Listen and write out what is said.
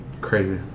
Crazy